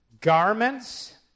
garments